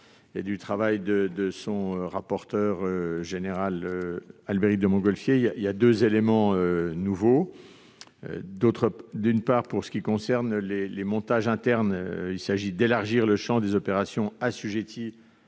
au travail de son rapporteur général de l'époque, Albéric de Montgolfier. Il y a deux éléments nouveaux. D'une part, pour ce qui concerne les montages internes, il s'agit d'élargir le champ des opérations assujetties